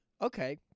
Okay